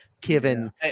given